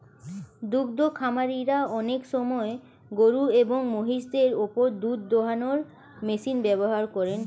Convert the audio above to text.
দুদ্ধ খামারিরা অনেক সময় গরুএবং মহিষদের ওপর দুধ দোহানোর মেশিন ব্যবহার করেন